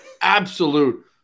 absolute